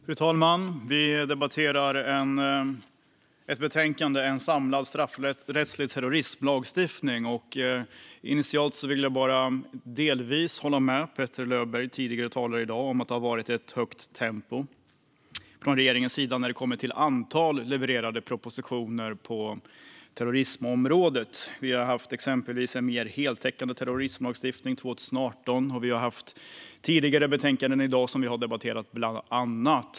Fru talman! Vi debatterar ett betänkande som rör en samlad straffrättslig terrorismlagstiftning. Initialt vill jag delvis hålla med Petter Löberg, tidigare talare i dag, om att det har varit ett högt tempo från regeringens sida när det kommer till antal levererade propositioner på terrorismområdet. Det har till exempel varit frågor om en mer heltäckande terrorismlagstiftning 2018, och vi har debatterat andra betänkanden tidigare i dag.